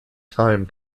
time